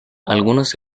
algunos